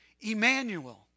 Emmanuel